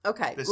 Okay